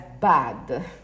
bad